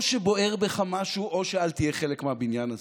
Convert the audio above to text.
או שבוער בך משהו או שאל תהיה חלק מהבניין הזה.